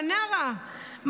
במנרה,